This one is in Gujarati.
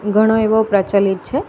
ઘણો એવો પ્રચલિત છે